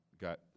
got